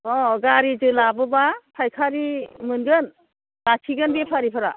अह गारिजों लाबोबा फाइखारि मोनगोन लाखिगोन बेफारिफोरा